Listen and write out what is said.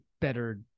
better